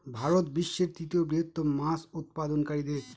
ভারত বিশ্বের তৃতীয় বৃহত্তম মাছ উৎপাদনকারী দেশ